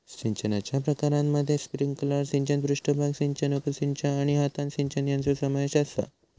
सिंचनाच्या प्रकारांमध्ये स्प्रिंकलर सिंचन, पृष्ठभाग सिंचन, उपसिंचन आणि हातान सिंचन यांचो समावेश आसा